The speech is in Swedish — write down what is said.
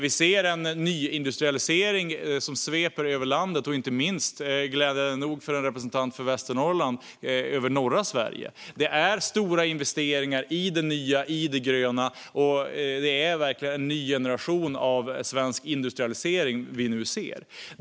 Vi ser en nyindustrialisering som sveper över landet, inte minst över norra Sverige, vilket är glädjande för en representant för Västernorrland. Det är stora investeringar i det nya, i det gröna. Det är verkligen en ny generation av svensk industrialisering som vi nu ser.